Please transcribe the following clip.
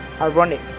ironic